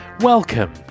Welcome